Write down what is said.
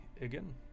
again